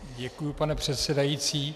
Děkuji, pane předsedající.